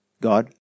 God